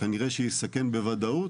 וכנראה שיסכן בוודאות,